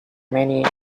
many